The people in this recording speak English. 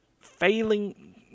failing